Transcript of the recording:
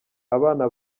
abana